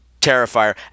Terrifier